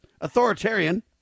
authoritarian